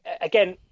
again